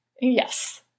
Yes